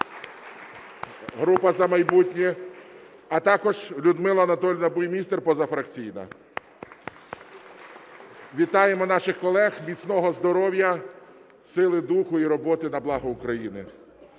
Група "За майбутнє". А також Людмила Анатоліївна Буймістер, позафракційна. (Оплески) Вітаємо наших колег! Міцного здоров'я, сили духу і роботи на благо України!